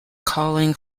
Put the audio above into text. calling